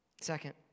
Second